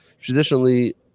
Traditionally